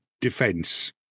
defense